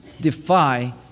defy